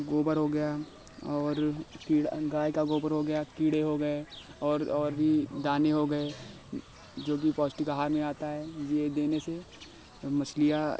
गोबर हो गया और कीड़ा गाय का गोबर हो गया कीड़े हो गए और और भी दाने हो गए जो भी पौष्टिक आहार में आता है यह देने से मछलियाँ